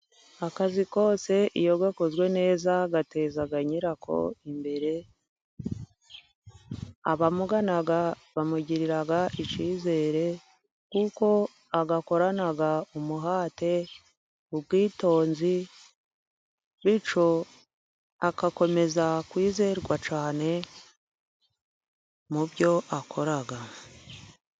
Akazi kose iyo gakozwe neza gatezaga nyirako imbere. Abamugana bamugirira icyizere kuko agakorana umuhate, ubwitonzi, bityo agakomeza kwizerwa cyane mu byo akora.